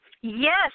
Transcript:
Yes